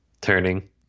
turning